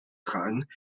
tragen